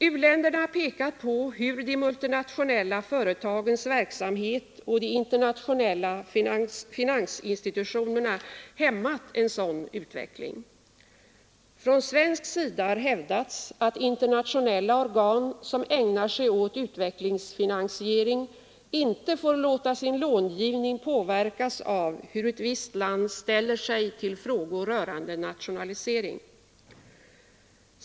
U-länderna har pekat på hur de multinationella företagens verksamhet och de internationella finansinstitutionerna hämmat en sådan utveckling. Från svensk sida har hävdats att internationella organ som ägnar sig åt utvecklingsfinansiering inte får låta sin långivning påverkas av hur ett visst land ställer sig till frågor rörande 41 nationalisering.